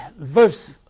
verse